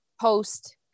post